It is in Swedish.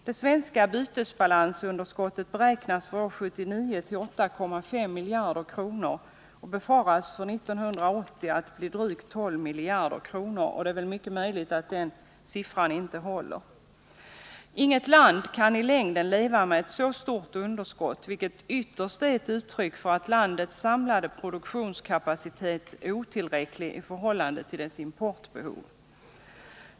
Det svenska bytesbalansunderskottet beräknas för år 1979 till 8,5 miljarder kronor och befaras för år 1980 att bli drygt 12 miljarder kronor — och det är mycket möjligt att den siffran inte häller. Inget land kan i längden leva med ett så stort underskott. som vtterst är ett uttryck för att landets samlade produktionskapacitet är otillräcklig i förhållande till dess importbehov.